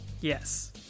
Yes